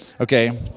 Okay